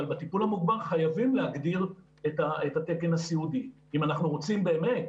אבל בטיפול המוגבר חייבים להגדיר את התקן הסיעודי אם אנחנו רוצים באמת